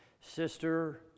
Sister